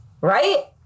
Right